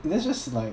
that's just like